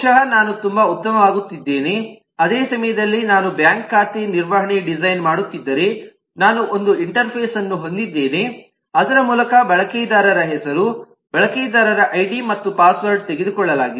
ಬಹುಶಃ ನಾನು ತುಂಬಾ ಉತ್ತಮವಾಗುತ್ತಿದ್ದೇನೆ ಅದೇ ಸಮಯದಲ್ಲಿ ನಾನು ಬ್ಯಾಂಕ್ ಖಾತೆ ನಿರ್ವಹಣೆಗೆ ಡಿಸೈನ್ ಮಾಡುತ್ತೀದ್ದರೆ ನಾನು ಒಂದು ಇಂಟರ್ಫೇಸ್ ಅನ್ನು ಹೊಂದಿದ್ದೇನೆ ಅದರ ಮೂಲಕ ಬಳಕೆದಾರ ಹೆಸರು ಬಳಕೆದಾರರ ಐಡಿ ಮತ್ತು ಪಾಸ್ವರ್ಡ್ ತೆಗೆದುಕೊಳ್ಳಲಾಗಿದೆ